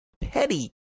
petty